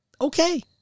Okay